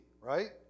right